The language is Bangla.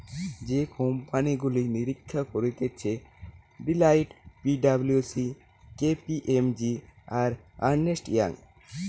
যে কোম্পানি গুলা নিরীক্ষা করতিছে Deloitte, P W C, K P M G, আর আর্নেস্ট ইয়ং